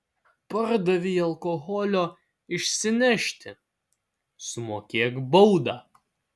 pardavei alkoholio išsinešti sumokėk baudą